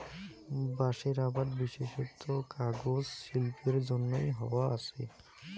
বাঁশের আবাদ বিশেষত কাগজ শিল্পের জইন্যে হয়া আচে